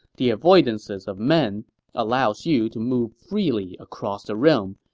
the avoidances of men allows you to move freely across the realm,